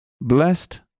blessed